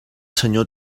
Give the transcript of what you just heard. senyor